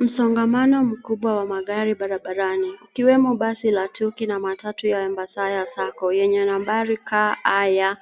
Msongamano mkubwa wa magari barabarani, ukiwemo basi la Tuko na matatu ya Embassava Sacco yenye nambari KAY